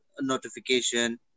notification